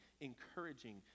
encouraging